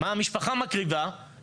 כשאתה מגיע כבר מותש.